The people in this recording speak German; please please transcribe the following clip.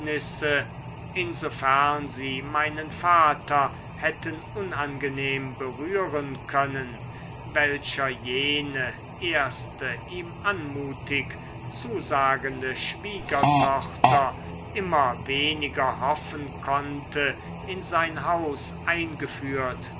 insofern sie meinen vater hätten unangenehm berühren können welcher jene erste ihm anmutig zusagende schwiegertochter immer weniger hoffen konnte in sein haus eingeführt